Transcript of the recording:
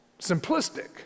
simplistic